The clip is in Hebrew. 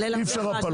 ללמדך.